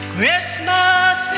Christmas